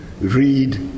read